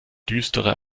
düstere